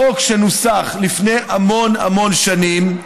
החוק, שנוסח לפני המון המון שנים,